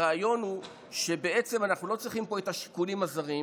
הרעיון הוא שבעצם אנחנו לא צריכים פה את השיקולים הזרים.